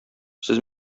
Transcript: сез